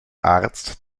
arzt